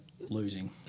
losing